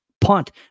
punt